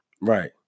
Right